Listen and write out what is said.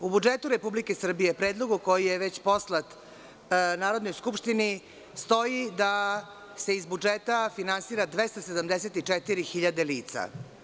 U budžetu RS, u predlogu koji je već poslat Narodnoj skupštini stoji da se iz budžeta finansira 274.000 lica.